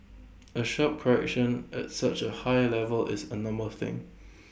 A sharp correction at such A high level is A normal thing